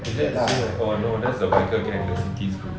oh no that's the biker gang the feisty group